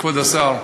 כבוד השר,